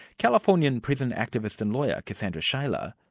californian prison activist and lawyer, cassandra shaylor,